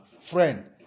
friend